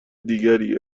دیگری